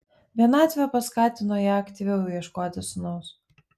vienatvė paskatino ją aktyviau ieškoti sūnaus